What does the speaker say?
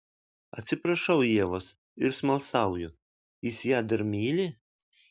atsiprašau ievos ir smalsauju jis ją dar myli